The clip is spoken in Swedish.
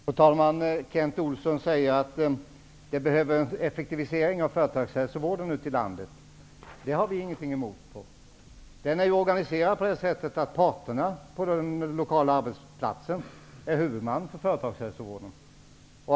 Fru talman! Kent Olsson säger att det behövs en effektivisering av företagshälsovården ute i landet. Det har vi ingenting emot. Den är ju organiserad så, att parterna på den lokala arbetsplatsen är huvudmän för företagshälsovården.